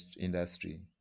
industry